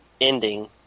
ending